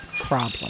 problem